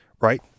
right